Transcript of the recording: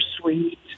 sweet